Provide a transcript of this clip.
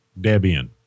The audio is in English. Debian